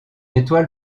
étoile